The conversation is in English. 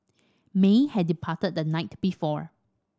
may had departed the night before